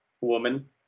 woman